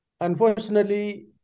Unfortunately